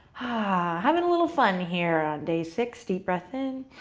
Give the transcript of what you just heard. ah having a little fun here on day six! deep breath in,